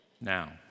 Now